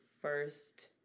first